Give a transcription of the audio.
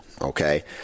okay